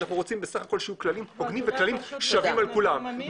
אנחנו בסך הכול רוצים שיהיו כללים הוגנים וכללים שווים לכולם.